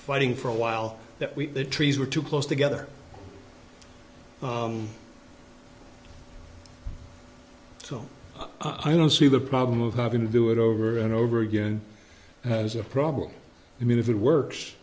fighting for a while that we are trees were too close together so i don't see the problem of having to do it over and over again as a problem i mean if it works